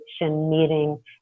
meeting